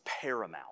paramount